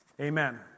Amen